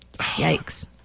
yikes